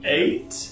eight